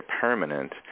permanent